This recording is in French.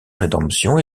rédemption